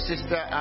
Sister